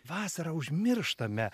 vasarą užmirštame